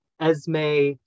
Esme